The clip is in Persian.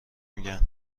میگن